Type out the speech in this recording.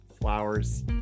flowers